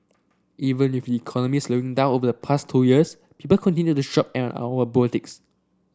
even with the economy slowing down over the past two years people continued to shop at our boutiques